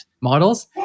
models